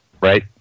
Right